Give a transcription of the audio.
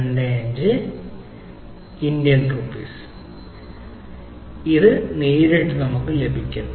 25 INR ചോദ്യത്തിൽ നിന്ന് ഇത് നേരിട്ട് വരുന്നു